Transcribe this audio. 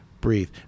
breathe